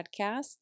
Podcast